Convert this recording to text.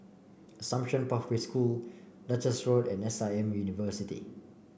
Assumption Pathway School Duchess Road and S I M University